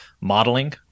modeling